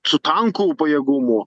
su tankų pajėgumu